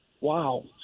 wow